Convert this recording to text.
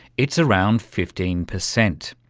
it's around fifteen percent,